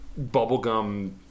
bubblegum